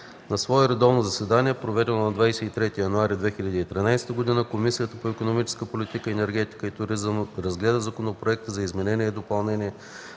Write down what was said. На свое редовно заседание, проведено на 23 януари 2013 г., Комисията по икономическата политика, енергетика и туризъм разгледа Законопроекта за изменение и допълнение